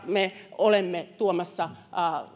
me olemme tuomassa